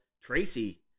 Tracy